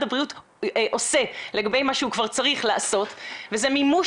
הבריאות עושה לגבי מה שהוא צריך לעשות וזה מימוש